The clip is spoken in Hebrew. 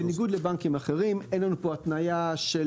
בניגוד לבנקים אחרים אין לנו פה התניה של